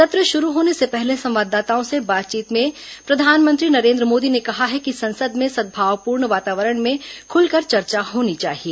सत्र शुरू होने से पहले संवाददाताओं से बातचीत में प्रधानमंत्री नरेन्द्र मोदी ने कहा है कि संसद में सदभावपूर्ण वातावरण में खुलकर चर्चा होनी चाहिए